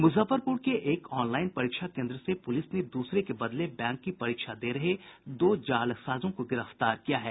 मुजफ्फरपुर के एक ऑनलाईन परीक्षा केन्द्र से पुलिस ने दूसरे के बदले बैंक की परीक्षा दे रहे दो जालसाजों को गिरफ्तार किया है